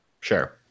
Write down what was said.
Sure